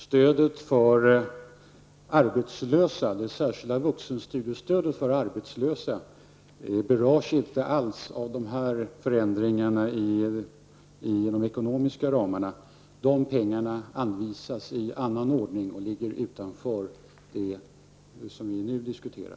Herr talman! Det särskilda vuxenstudiestödet för arbetslösa berörs inte alls av dessa förändringar i de ekonomiska ramarna. De pengarna anvisas i annan ordning och ligger utanför det som vi nu diskuterar.